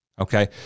okay